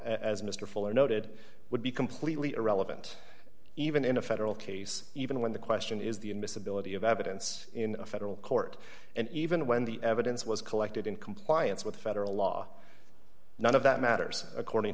as mr fuller noted would be completely irrelevant even in a federal case even when the question is the admissibility of evidence in a federal court and even when the evidence was collected in compliance with federal law none of that matters according